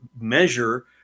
measure